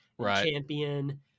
Champion